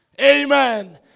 Amen